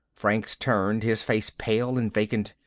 franks turned, his face pale and vacant.